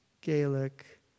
Gaelic